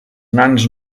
nans